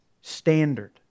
Standard